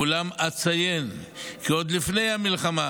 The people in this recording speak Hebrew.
אולם אציין כי עוד לפני המלחמה